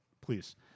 please